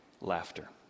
Laughter